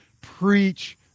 preach